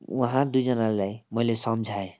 उहाँ दुईजनालाई मैले सम्झाएँ